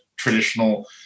traditional